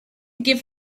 give